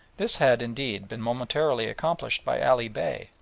this had, indeed, been momentarily accomplished by ali bey,